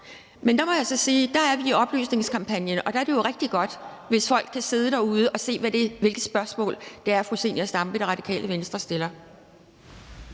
at der er vi i oplysningskampagnen, og der er det jo rigtig godt, hvis folk kan sidde derude og se, hvilke spørgsmål det er, fru Zenia Stampe, Radikale Venstre, stiller.